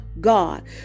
God